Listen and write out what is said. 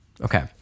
Okay